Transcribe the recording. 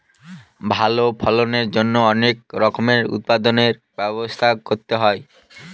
ভালো ফলনের জন্যে অনেক রকমের উৎপাদনর ব্যবস্থা করতে হয়